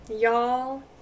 Y'all